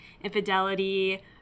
infidelity